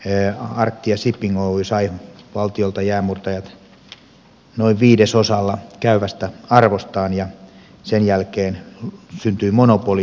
arctia shipping oy sai valtiolta jäänmurtajat noin viidesosalla käyvästä arvostaan ja sen jälkeen syntyi monopolimarkkina